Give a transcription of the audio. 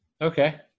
Okay